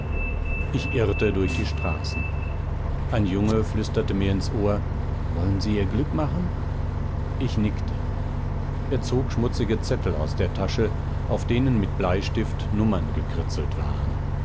ich irrte durch die straßen ein junge flüsterte mir ins ohr wollen sie ihr glück machen ich nickte er zog schmutzige zettel aus der tasche auf denen mit bleistift nummern gekritzelt waren